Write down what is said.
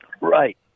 Right